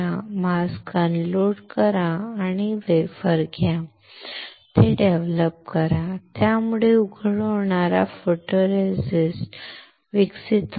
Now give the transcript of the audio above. mask unload करा wafer घ्या ते विकसित करा त्यामुळे उघड होणारा फोटोरेसिस्ट विकसित होईल